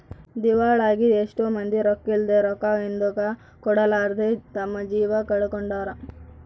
ದಿವಾಳಾಗಿ ಎಷ್ಟೊ ಮಂದಿ ರೊಕ್ಕಿದ್ಲೆ, ರೊಕ್ಕ ಹಿಂದುಕ ಕೊಡರ್ಲಾದೆ ತಮ್ಮ ಜೀವ ಕಳಕೊಂಡಾರ